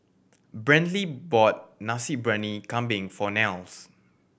Brantley bought Nasi Briyani Kambing for Nels